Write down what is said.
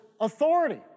authority